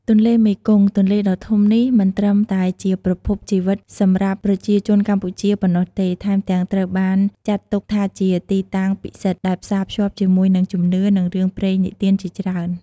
ទន្លេមេគង្គ ទន្លេដ៏ធំនេះ មិនត្រឹមតែជាប្រភពជីវិតសម្រាប់ប្រជាជនកម្ពុជាប៉ុណ្ណោះទេ ថែមទាំងត្រូវបានចាត់ទុកថាជាទីតាំងពិសិដ្ឋ ដែលផ្សារភ្ជាប់ជាមួយនឹងជំនឿ និងរឿងព្រេងនិទានជាច្រើន។